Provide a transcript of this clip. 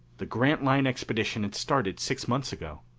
the grantline expedition had started six months ago.